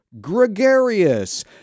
gregarious